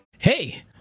Hey